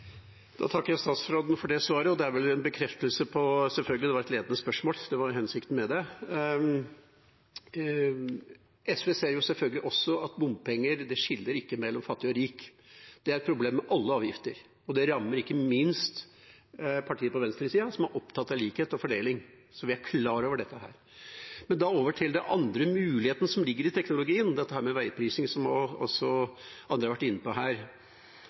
takker statsråden for det svaret, det er vel en bekreftelse på det som selvfølgelig var et ledende spørsmål, det var jo hensikten med det. SV ser selvfølgelig også at bompenger ikke skiller mellom fattig og rik. Det er et problem ved alle avgifter, og det rammer ikke minst partier på venstresida, som er opptatt av likhet og fordeling. Så vi er klar over dette. Men over til den andre muligheten som ligger i teknologien, dette med veiprising, som også andre har vært inne på her.